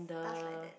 stuff like that